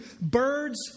birds